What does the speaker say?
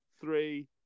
three